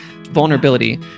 Vulnerability